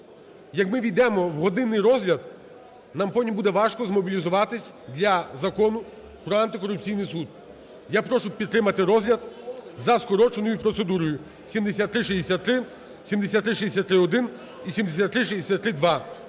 Як ми ввійдемо в годинний розгляд, нам потім буде важко змобілізуватись для Закону про Антикорупційний суд. Я прошу підтримати розгляд за скороченою процедурою 7363, 7363-1 і 7363-2.